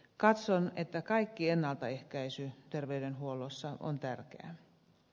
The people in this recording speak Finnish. katson että kaikki ennaltaehkäisy terveydenhuollossa on tärkeää